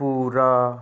ਪੂਰਾ